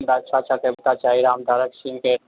हमरा अच्छा अच्छा कविता चाही रामधारी सिंहके